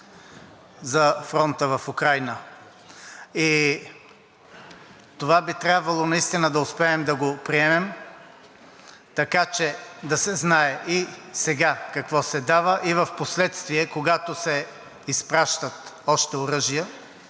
за фронта в Украйна и това би трябвало наистина да успеем да го приемем, така че да се знае и сега какво се дава и впоследствие, когато се изпращат още оръжия,